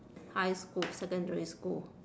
high school secondary school